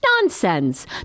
Nonsense